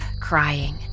crying